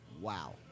Wow